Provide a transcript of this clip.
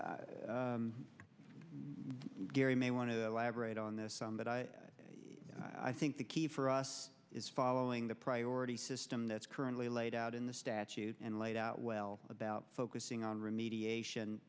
and gary may want to elaborate on this but i i think the key for us is following the priority system that's currently laid out in the statute and laid out well about focusing on remediation